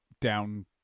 down